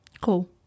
cool